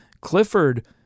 Clifford